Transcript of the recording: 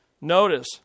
Notice